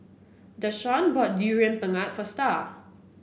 Dashawn bought Durian Pengat for Star